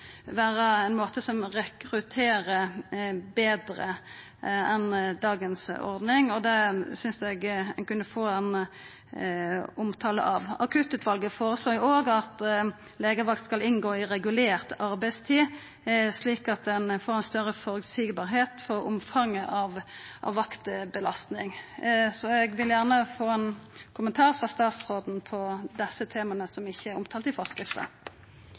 vera ein måte som rekrutterer betre enn dagens ordning. Det synest eg ein kunne få ein omtale av. Akuttutvalet føreslår òg at legevakt skal inngå i regulert arbeidstid, slik at det vert meir føreseieleg med omsyn til omfanget av vaktbelastning. Eg vil gjerne få ein kommentar frå statsråden om desse temaa, som ikkje er omtalte i forskrifta.